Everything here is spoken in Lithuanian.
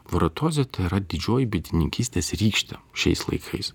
varatozė tai yra didžioji bitininkystės rykštė šiais laikais